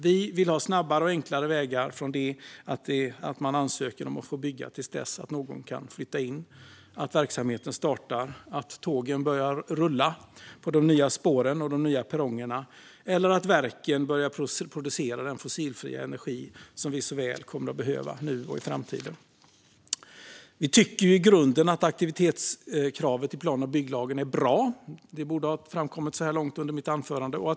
Vi vill ha snabbare och enklare vägar från att man ansöker om att få bygga till att någon kan flytta in, till att verksamheten kan starta, till att tågen kan börja rulla på de nya spåren och stanna vid de nya perrongerna eller till att verken börjar producera den fossilfria energi som vi så väl kommer att behöva nu och i framtiden. Vi tycker i grunden att aktivitetskravet i plan och bygglagen är bra. Det borde ha framkommit så här långt i mitt anförande.